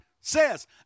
says